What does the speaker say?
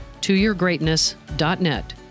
toyourgreatness.net